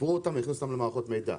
והכניסו אותם למערכות מידע.